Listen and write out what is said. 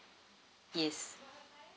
yes